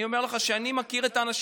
אני אומר לך שאני מכיר את האנשים.